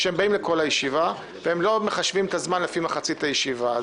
--- שהם באים לכל הישיבה והם לא מחשבים את הזמן לפי מחצית הישיבה.